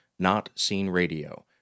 notseenradio